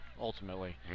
ultimately